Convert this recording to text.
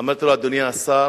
אמרתי לו: אדוני השר,